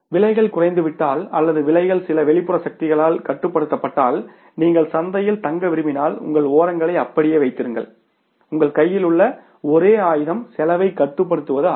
லைகள் குறைந்துவிட்டால் அல்லது விலைகள் சில வெளிப்புற சக்திகளால் கட்டுப்படுத்தப்பட்டால் நீங்கள் சந்தையில் தங்க விரும்பினால் உங்கள் ஓரங்களை அப்படியே வைத்திருங்கள் உங்கள் கையில் உள்ள ஒரே ஆயுதம் செலவைக் கட்டுப்படுத்துவது ஆகும்